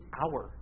hour